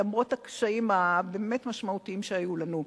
למרות הקשיים הבאמת-משמעותיים שהיו לנו,